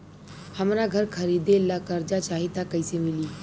हमरा घर खरीदे ला कर्जा चाही त कैसे मिली?